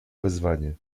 wezwanie